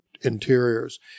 interiors